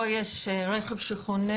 פה יש רכב שחונה